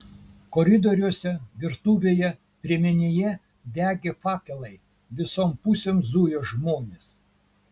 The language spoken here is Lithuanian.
koridoriuose virtuvėje priemenėje degė fakelai visom pusėm zujo žmonės